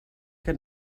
que